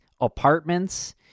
apartments